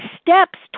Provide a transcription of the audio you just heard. steps